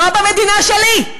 לא במדינה שלי,